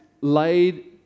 laid